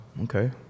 Okay